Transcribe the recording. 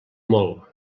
molt